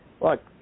Look